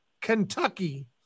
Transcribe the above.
Kentucky